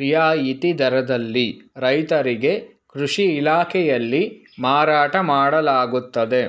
ರಿಯಾಯಿತಿ ದರದಲ್ಲಿ ರೈತರಿಗೆ ಕೃಷಿ ಇಲಾಖೆಯಲ್ಲಿ ಮಾರಾಟ ಮಾಡಲಾಗುತ್ತದೆ